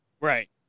Right